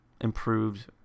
improved